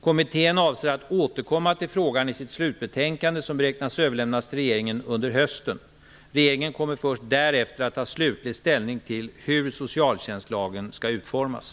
Kommittén avser att återkomma till frågan i sitt slutbetänkande som beräknas överlämnas till regeringen under hösten. Regeringen kommer först därefter att ta slutlig ställning till hur socialtjänstlagen skall utformas.